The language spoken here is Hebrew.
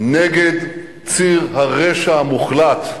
נגד ציר הרשע המוחלט.